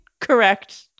correct